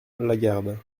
lagarde